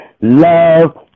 love